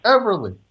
Everly